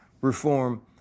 reform